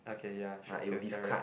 okay ya should filter it